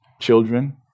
children